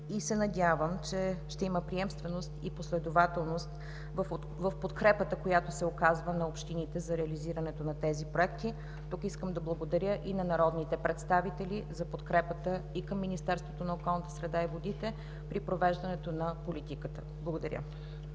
се надявам, че ще има приемственост и последователност в подкрепата, която се оказва на общините за реализирането на тези проекти. Тук искам да благодаря и на народните представители за подкрепата на Министерството на околната среда и водите при провеждането на политиката. Благодаря.